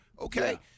Okay